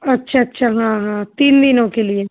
अच्छा अच्छा हाँ हाँ तीन दिनों के लिए